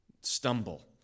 stumble